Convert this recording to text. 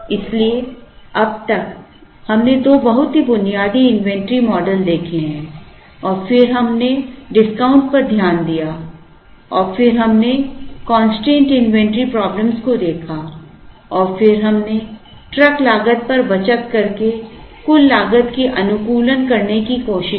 इसलिए अब तक हमने दो बहुत ही बुनियादी इन्वेंट्री मॉडल देखे हैं और फिर हमने डिस्काउंट पर ध्यान दिया और फिर हमने कंस्ट्रेंड इन्वेंटरी प्रॉब्लम को देखा और फिर हमने ट्रक लागत पर बचत करके कुल लागत की अनुकूलन करने की कोशिश की